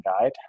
Guide